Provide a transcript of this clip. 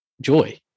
joy